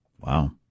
Wow